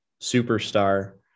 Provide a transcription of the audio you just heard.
superstar